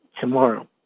Tomorrow